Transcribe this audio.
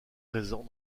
présent